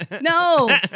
No